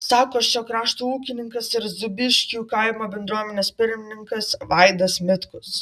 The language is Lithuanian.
sako šio krašto ūkininkas ir zūbiškių kaimo bendruomenės pirmininkas vaidas mitkus